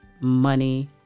money